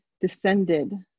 descended